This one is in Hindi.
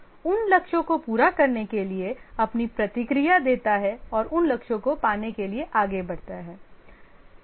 उन लक्ष्यों को पूरा करने के लिए अपनी प्रतिक्रिया दें और उन लक्ष्यों को पाने के लिए आगे बढ़ें